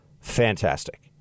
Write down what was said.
fantastic